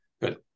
Good